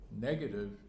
negative